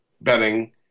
betting